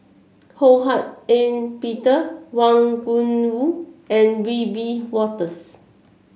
Ho Hak Ean Peter Wang Gungwu and Wiebe Wolters